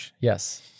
Yes